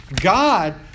God